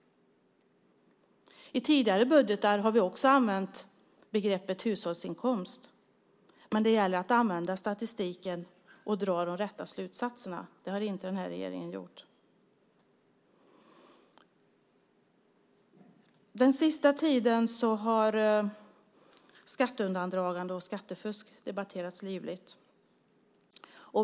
I tidigare budgetar har vi också använt begreppet hushållsinkomst, men det gäller att använda statistiken och dra de rätta slutsatserna. Det har denna regering inte gjort. Den senaste tiden har skatteundandragande och skattefusk debatterats livligt.